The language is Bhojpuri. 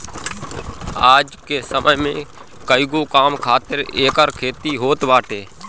आज के समय में कईगो काम खातिर एकर खेती होत बाटे